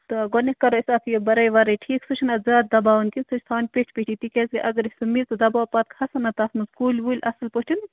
تہٕ گۄڈٕنٮ۪تھ کَرو أسۍ اَتھ یہِ بَرٲے وَرٲے ٹھیٖک سُہ چھُنہٕ اَتھ زیادٕ دَباوٕنۍ کینٛہہ سُہ چھُ تھاوٕنۍ پیٚٹھی پیٚٹھی تِکیٛازِکہِ اگر أسۍ سُہ میٚژ دَباوَو پتہٕ کھَسَن نہٕ تَتھ منٛز کُلۍ وُلۍ اَصٕل پٲٹھۍ